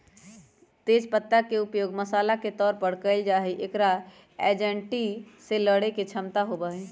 तेज पत्ता के उपयोग मसाला के तौर पर कइल जाहई, एकरा एंजायटी से लडड़े के क्षमता होबा हई